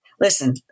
Listen